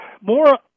more